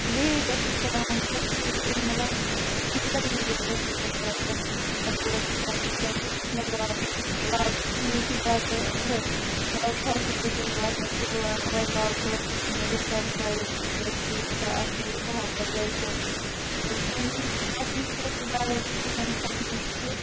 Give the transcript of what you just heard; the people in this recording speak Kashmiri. ویٹ ٲسِس کَران بہٕ مَطلَب ایگَرلی ویٹ ٲسِس بہٕ کَران تَتھ پروڈَکٹ خٲطرٕ کیازکہِ سُہ اوس مےٚ لاگُن لاگنُک چیٖز چھِ زیادٕ مَطلَب فیسِنیٹِنٛگ باسان کہِ وۄنۍ لاگہٕ بہٕ مےٚ گَژھِ سَرپرایِز گَژھِ یوٗتاہ اَصل بہٕ ہاو پَتہٕ گَرکٮ۪ن تہٕ تمہ نِش باسیٚو مےٚ تھوڑا سُہ بَیڑ ایٚکٕسپیٖریَنٕس تَتھ مَنٛز کہِ